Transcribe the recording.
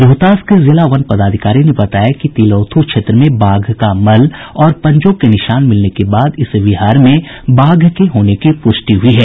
रोहतास के जिला वन पदाधिकारी ने बताया कि तिलौथू क्षेत्र में बाघ का मल और पंजों के निशान मिलने के बाद इस विहार में बाघ के होने की पुष्टि हुई है